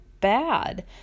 bad